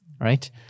Right